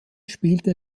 spielte